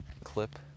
clip